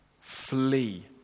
flee